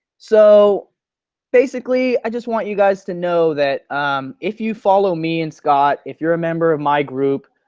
so basically, i just want you guys to know that if you follow me and scott, if you're a member of my group,